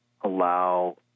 allow